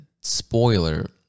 spoiler